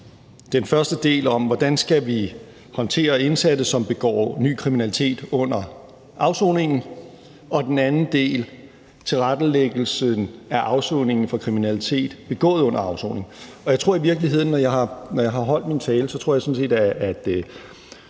Den første del handler om, hvordan vi skal håndtere indsatte, som begår ny kriminalitet under afsoningen. Og den anden del handler om tilrettelæggelsen af afsoningen for kriminalitet begået under afsoning. Og jeg tror i virkeligheden, at når jeg har holdt min tale, vil alle